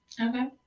okay